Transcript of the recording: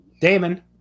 Damon